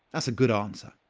that's a good answer!